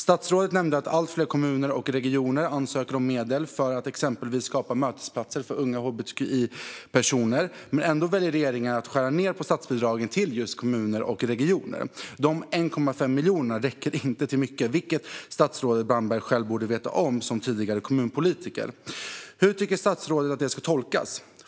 Statsrådet nämnde att allt fler kommuner och regioner ansöker om medel för att exempelvis skapa mötesplatser för unga hbtqi-personer, men ändå väljer regeringen att skära ned på statsbidragen till just kommuner och regioner. De 1,5 miljonerna räcker inte till mycket, vilket statsrådet Brandberg själv borde veta som tidigare kommunpolitiker. Hur tycker statsrådet att detta ska tolkas?